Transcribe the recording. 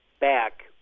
back